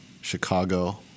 Chicago